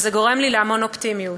וזה גורם לי להמון אופטימיות.